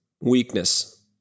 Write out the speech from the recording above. weakness